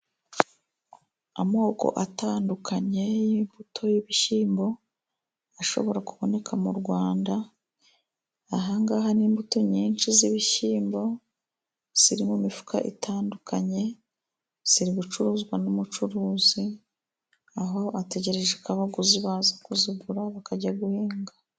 Amoko atandukanye y'imbuto y'ibishyimbo ashobora kuboneka mu Rwanda, ahangaha ni imbuto nyinshi z'ibishyimbo ziri mu mifuka itandukanye ziri gucuruzwa n'umucuruzi, aho ategereje abaguzi baza kuzigura bakajya guhinga.